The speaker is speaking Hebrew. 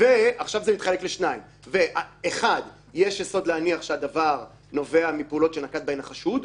ויש יסוד להניח שהדבר נובע מפעולות שנקט בהן החשוד,